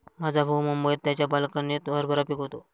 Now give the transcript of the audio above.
माझा भाऊ मुंबईत त्याच्या बाल्कनीत हरभरा पिकवतो